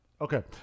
Okay